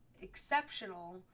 exceptional